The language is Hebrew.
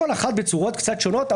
כל אחת בצורות קצת שונות.